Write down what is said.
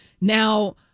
Now